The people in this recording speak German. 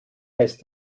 heißt